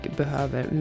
behöver